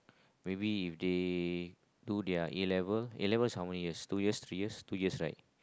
maybe if they to their E level E levels how many years two years three years two years right